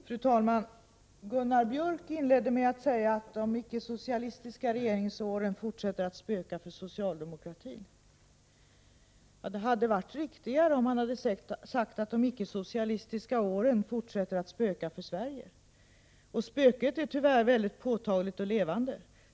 Fru talman! Gunnar Björk inledde med att säga att de icke-socialistiska regeringsåren fortsätter att spöka för socialdemokratin. Det hade varit riktigare, om han sagt att de icke-socialistiska åren fortsätter att spöka för Sverige. Spöket är tyvärr väldigt påtagligt och levande.